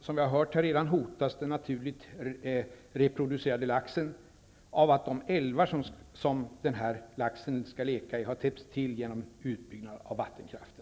Som vi redan har hört här i debatten hotas exempelvis den naturligt reproducerade laxen av att de älvar som laxen skall leka i har täppts till genom utbyggnad av vattenkraft.